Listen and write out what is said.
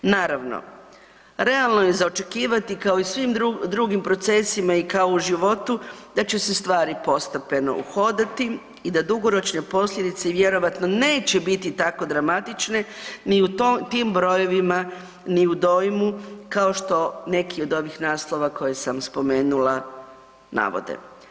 Naravno, realno je za očekivati kao i u svim drugim procesima kao i u životu da će se stvari postepeno uhodati i da dugoročne posljedice vjerojatno neće biti tako dramatične ni u tim brojevima ni u dojmu kao što neki od ovih naslova koje sam spomenula navode.